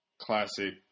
Classic